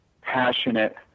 passionate